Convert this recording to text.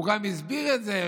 הוא גם הסביר את זה,